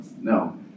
No